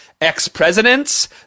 ex-presidents